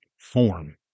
form